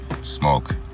smoke